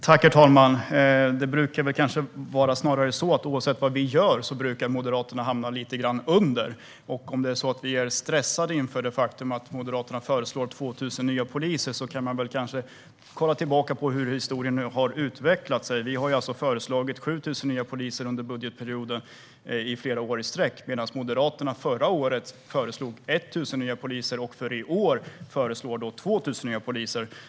Herr talman! Det brukar väl kanske snarare vara så att Moderaterna oavsett vad vi gör hamnar lite grann under. Om man tror att vi är stressade inför det faktum att Moderaterna föreslår 2 000 nya poliser kan man kanske kolla tillbaka på hur historien har utvecklat sig. Vi har alltså flera år i sträck föreslagit 7 000 nya poliser under budgetperioden, medan Moderaterna förra året föreslog 1 000 nya poliser och i år föreslår 2 000 nya poliser.